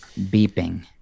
beeping